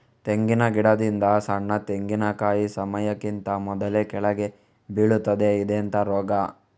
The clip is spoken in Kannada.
ತೆಂಗಿನ ಗಿಡದಿಂದ ಸಣ್ಣ ತೆಂಗಿನಕಾಯಿ ಸಮಯಕ್ಕಿಂತ ಮೊದಲೇ ಕೆಳಗೆ ಬೀಳುತ್ತದೆ ಇದೆಂತ ರೋಗ?